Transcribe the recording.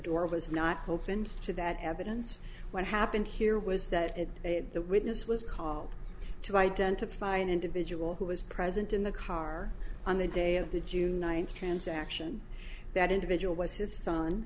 door was not opened to that evidence what happened here was that the witness was called to identify an individual who was present in the car on the day of the june ninth transaction that individual was his son